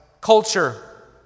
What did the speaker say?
culture